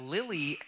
Lily